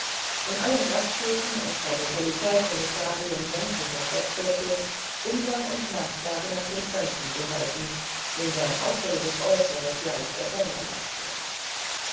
in allen gasthöfen und bei den polizeikommissarien sämtlicher stadtviertel umgang und nachfrage nach dem fremden zu halten den sein auffallendes äußere leicht erkennbar machte